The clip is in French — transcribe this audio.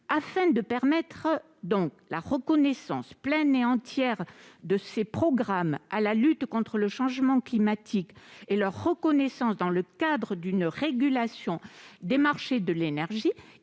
Afin de permettre la reconnaissance pleine et entière de ces programmes à la lutte contre le changement climatique dans le cadre d'une régulation des marchés de l'énergie,